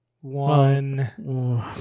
one